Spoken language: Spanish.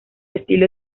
estilo